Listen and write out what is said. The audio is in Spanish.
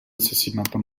asesinato